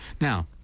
Now